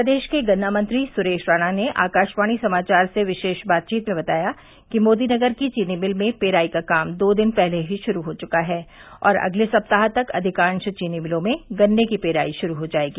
प्रदेश के गन्ना मंत्री सुरेश राणा ने आकाशवाणी समाचार से किशेष बातचीत में बताया कि मोदीनगर की चीनी मिल में पेराई का काम दो दिन पहले ही शुरू हो चुका है और अगले सप्ताह तक अधिकांश चीनी मिलों में गन्ने की पेराई शुरू हो जायेगी